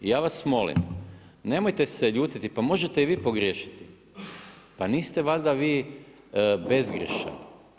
I ja vas molim, nemojte se ljutiti, pa možete i vi pogriješiti, pa niste valjda vi bezgrješan.